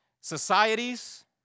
societies